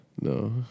No